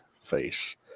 face